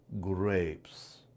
grapes